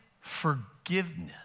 forgiveness